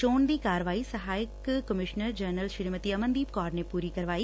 ਚੋਣ ਦੀ ਕਾਰਵਾਈ ਸਹਾਇਕ ਕਮਿਸਨਰ ਜਨਰਲ ਸ੍ੀਮਤੀ ਅਮਨਦੀਪ ਕੋਰ ਨੇ ਪੂਰੀ ਕਰਵਾਈ